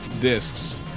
discs